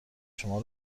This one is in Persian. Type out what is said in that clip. شما